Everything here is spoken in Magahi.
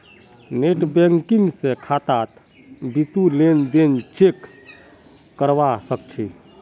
नेटबैंकिंग स खातात बितु लेन देन चेक करवा सख छि